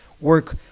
work